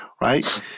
right